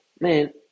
Man